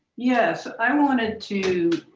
yes. i wanted to